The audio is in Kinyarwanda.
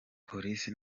polisi